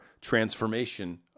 transformation